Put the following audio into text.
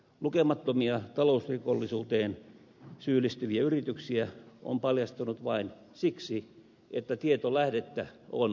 lukemattomia talousrikollisuuteen syyllistyviä yrityksiä on paljastunut vain siksi että tietolähdettä on suojattu